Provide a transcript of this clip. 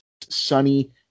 sunny